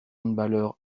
handballeur